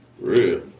real